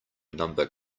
number